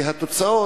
כי התוצאות,